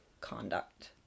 conduct